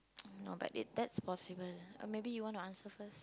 no but it that's possible maybe you want to answer first